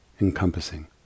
encompassing